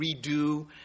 redo